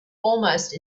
almost